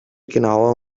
genauer